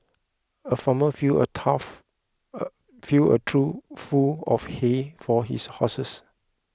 the farmer filled a tough a full a true full of hay for his horses